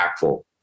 impactful